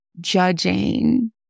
judging